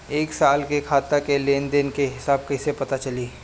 एक साल के खाता के लेन देन के हिसाब कइसे पता चली?